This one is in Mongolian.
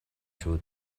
шүү